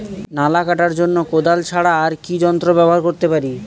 নালা কাটার জন্য কোদাল ছাড়া আর কি যন্ত্র ব্যবহার করতে পারি?